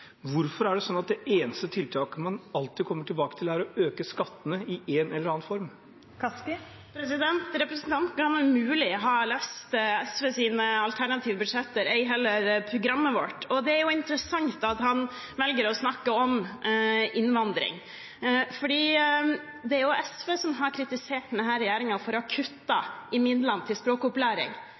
det eneste tiltaket man alltid kommer tilbake til, er å øke skattene i en eller annen form? Representanten kan umulig ha lest SVs alternative budsjetter, ei heller programmet vårt. Det er interessant at han velger å snakke om innvandring. Det er SV som har kritisert denne regjeringen for å ha kuttet i midlene til språkopplæring.